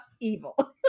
evil